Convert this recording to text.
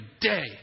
day